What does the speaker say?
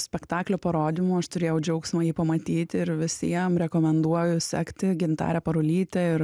spektaklio parodymu aš turėjau džiaugsmo jį pamatyti ir visiem rekomenduoju sekti gintarę parulytę ir